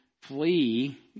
flee